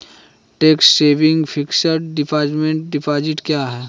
Tax saving fixed deposit क्या है?